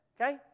Okay